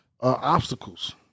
obstacles